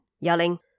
yelling